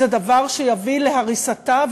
זה דבר שיביא להריסתה,